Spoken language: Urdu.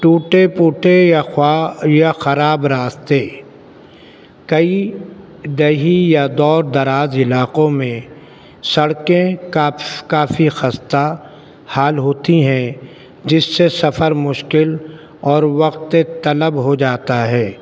ٹوٹے پھوٹے یا یا خراب راستے کئی دہی یا دور دراز علاقوں میں سڑکیں کافی کافی خستہ حال ہوتی ہیں جس سے سفر مشکل اور وقت طلب ہو جاتا ہے